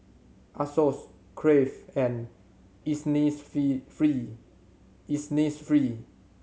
Asos Crave and Innisfree